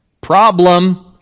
Problem